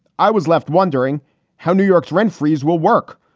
i was left wondering how new york's rent freeze will work,